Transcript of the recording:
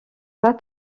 pas